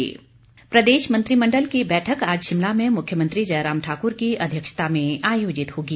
मंत्रिमंडल प्रदेश मंत्रिमंडल की बैठक आज शिमला में मुख्यमंत्री जयराम ठाकुर की अध्यक्षता में आयोजित होगी